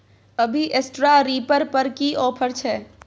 अभी straw reaper पर की ऑफर छै?